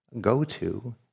go-to